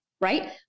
right